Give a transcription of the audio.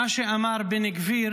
מה שאמר בן גביר